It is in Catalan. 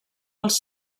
pels